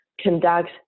conduct